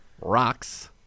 Rocks